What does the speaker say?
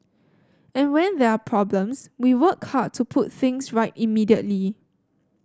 and when there are problems we work hard to put things right immediately